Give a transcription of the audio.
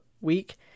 week